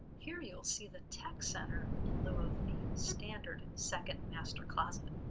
here you'll see the tech center in lieu of the standard second master closet.